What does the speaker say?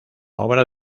obra